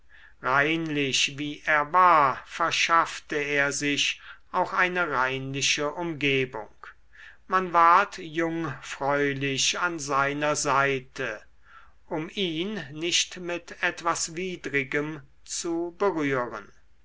reinlich wie er war verschaffte er sich auch eine reinliche umgebung man ward jungfräulich an seiner seite um ihn nicht mit etwas widrigem zu berühren